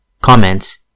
Comments